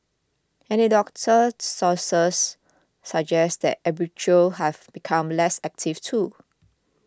anecdotal sources suggest that arbitrageurs have become less active too